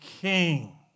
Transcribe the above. king